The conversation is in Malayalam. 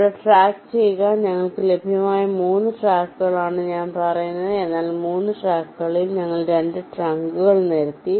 ഇവിടെ ട്രാക്ക് ചെയ്യുക ഞങ്ങൾക്ക് ലഭ്യമായ 3 ട്രാക്കുകളാണ് ഞാൻ പറയുന്നത് എന്നാൽ 3 ട്രാക്കുകളിൽ ഞങ്ങൾ 3 ട്രങ്കുകൾ നിരത്തി